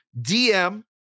DM